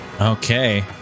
Okay